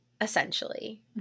essentially